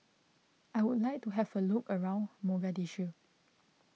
I would like to have a look around Mogadishu